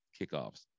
kickoffs